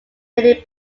many